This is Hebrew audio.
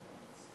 כאן.